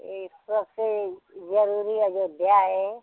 यह सबसे ज़रूरी अयोध्या है